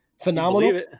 phenomenal